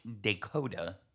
Dakota